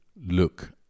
look